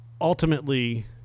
ultimately